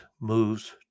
moves